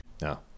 No